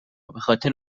بخاطر